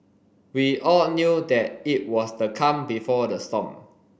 we all knew that it was the calm before the storm